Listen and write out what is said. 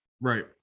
Right